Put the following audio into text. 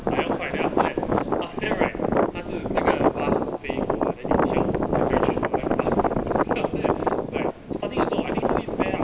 还要快 then after that right 他是那个 bus 飞 hor then you 跳倒 station from bus then after that like starting 的时候 I think 它会 ban